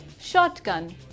shotgun